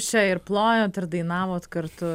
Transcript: čia ir plojot ir dainavot kartu